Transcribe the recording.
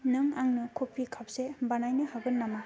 नों आंंनो coffee cup से बानायनो हागोन नामा